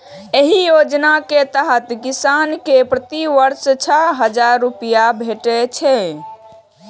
एहि योजना के तहत किसान कें प्रति वर्ष छह हजार रुपैया भेटै छै